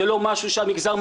מה זה הסגנון הזה?